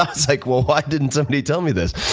i was like, well, why didn't somebody tell me this,